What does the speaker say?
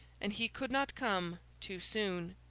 and he could not come too soon.